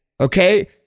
okay